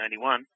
1991